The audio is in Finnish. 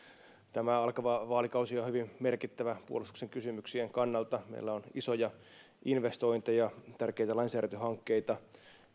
tämä alkava vaalikausi on hyvin merkittävä puolustuksen kysymyksien kannalta meillä on isoja investointeja tärkeitä lainsäädäntöhankkeita